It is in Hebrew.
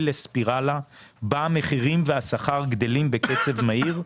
לספירלה שבה המחירים והשכר גדלים בקצב מהיר,